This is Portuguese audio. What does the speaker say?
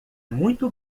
muito